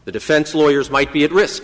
the defense lawyers might be at risk